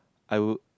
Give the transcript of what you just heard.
I would